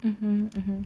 mmhmm mmhmm